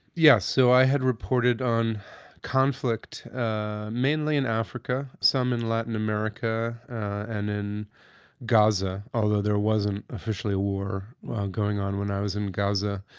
yeah, so i had reported on conflict ah mainly in africa, some in latin america and in gaza. although there wasn't officially a war going on when i was in gaza.